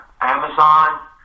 Amazon